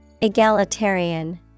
Egalitarian